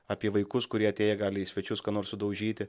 apie vaikus kurie atėję gali į svečius ką nors sudaužyti